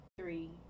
three